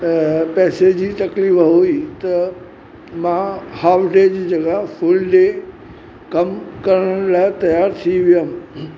अ पैसे जी तकलीफ़ हुई त मां हाफ डे जी जॻहि फुल डे कमु करण लाइ तियारु थी वियमि